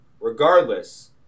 Regardless